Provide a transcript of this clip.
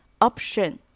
Option